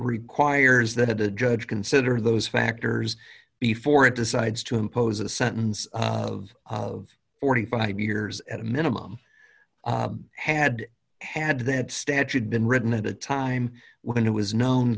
requires that a judge consider those factors before it decides to impose a sentence of of forty five years at a minimum had had that statute been written at a time when it was known